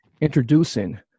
Introducing